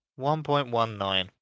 1.19